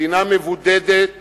מדינה מבודדת